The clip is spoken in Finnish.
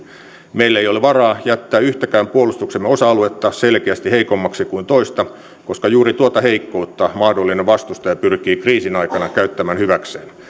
meillä ei ole varaa jättää yhtäkään puolustuksemme osa aluetta selkeästi heikommaksi kuin toista koska juuri tuota heikkoutta mahdollinen vastustaja pyrkii kriisin aikana käyttämään hyväkseen